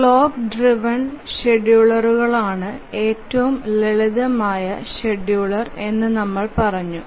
clock driven ഷെഡ്യൂളറുകളാണ് ഏറ്റവും ലളിതമായ ഷെഡ്യൂളർ എന്ന് നമ്മൾ പറഞ്ഞു